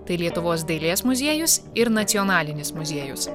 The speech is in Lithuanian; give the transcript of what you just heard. tai lietuvos dailės muziejus ir nacionalinis muziejus